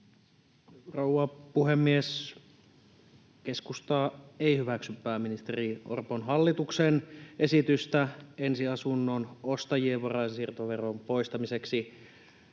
Rouva puhemies! Keskusta ei hyväksy pääministeri Orpon hallituksen esitystä ensiasunnon ostajien varainsiirtoveron poistamiseksi.